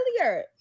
Earlier